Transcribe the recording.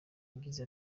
yagize